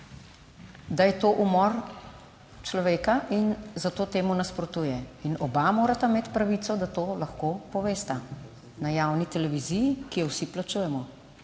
da je to umor človeka in zato temu nasprotuje in oba morata imeti pravico, da to lahko povesta na javni televiziji, ki jo vsi plačujemo,